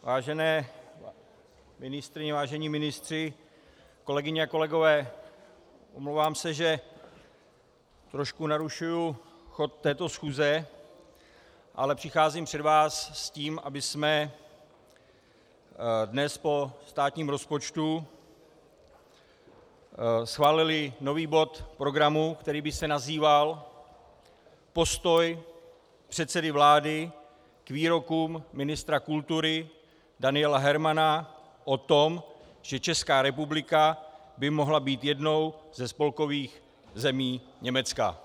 Vážené ministryně, vážení ministři, kolegyně a kolegové, omlouvám se, že trošku narušuji chod této schůze, ale přicházím před vás s tím, abychom dnes po státním rozpočtu schválili nový bod programu, který by se nazýval postoj předsedy vlády k výrokům ministra kultury o tom, že Česká republika by mohla být jednou ze spolkových zemích Německa.